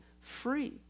free